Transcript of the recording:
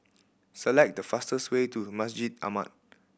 select the fastest way to Masjid Ahmad